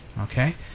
Okay